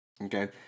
Okay